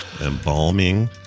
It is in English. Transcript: Embalming